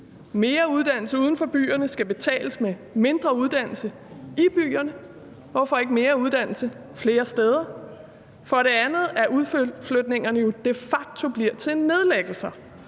Mere uddannelse uden for byerne skal betales med mindre uddannelse i byerne. Hvorfor ikke have mere uddannelse flere steder? For det andet er det, at udflytningen jo de facto bliver til nedlæggelser,